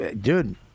Dude